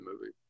movie